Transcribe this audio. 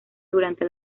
durante